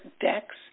decks